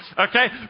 Okay